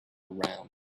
around